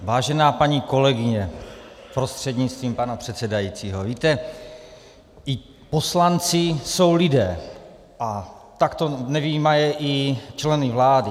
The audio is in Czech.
Vážená paní kolegyně, prostřednictvím pana předsedajícího, víte, i poslanci jsou lidé a takto nevyjímaje i členy vlády.